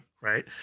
right